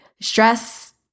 stress